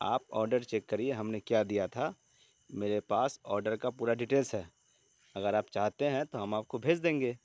آپ order check کریے ہم نے کیا دیا تھا میرے پاس آڈر کا پورا ڈیٹیلس ہے اگر آپ چاہتے ہیں تو ہم آپ کو بھیج دیں گے